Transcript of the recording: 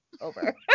over